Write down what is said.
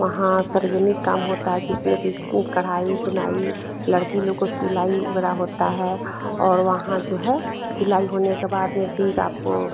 वहाँ सार्वजनिक काम होता है जिसमें कि कढ़ाई बुनाई लड़की लोग को सिलाई वग़ैरह होता है और वहाँ जो है सिलाई होने के बाद में फिर आपको